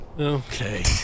Okay